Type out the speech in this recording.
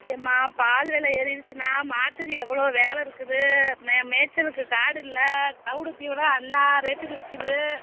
ஏன்மா பால் விலை ஏறிடுச்சின்னா மாட்டுக்கு எவ்வளோ வேலை இருக்குது மே மேய்ச்சலுக்கு காடு இல்லை தவிடு தீவனம் என்னா ரேட்டுக்கு விற்கிது